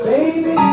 Baby